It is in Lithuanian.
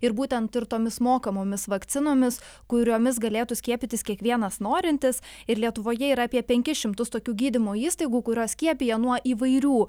ir būtent ir tomis mokamomis vakcinomis kuriomis galėtų skiepytis kiekvienas norintis ir lietuvoje yra apie penkis šimtus tokių gydymo įstaigų kurios skiepija nuo įvairių